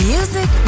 Music